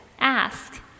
ask